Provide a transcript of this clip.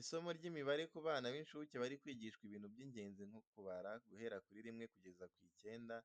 Isomo ry’imibare ku bana b’incuke bari kwigishwa ibintu by’ingenzi nko kubara guhera kuri rimwe kugeza ku icyenda,